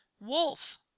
wolf